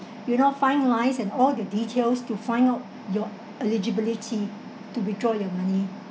you know fine lines and all the details to find out your eligibility to withdraw your money